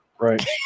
Right